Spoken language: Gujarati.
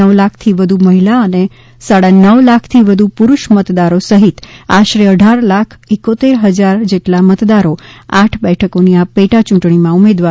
નવ લાખથી વધુ મહિલા અને સાડાનવ લાખથી વધુ પુરુષ મતદારો સહીત આશરે અઢાર લાખ એકોતેર હજાર જેટલા મતદારો આઠ બેઠકોની આ પેટા ચૂંટણીમાં ઉમેદવારોનું ભાવી નક્કી કરશે